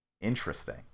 Interesting